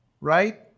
right